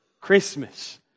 Christmas